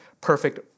perfect